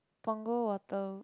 Punggol water